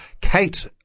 Kate